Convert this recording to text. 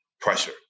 pressure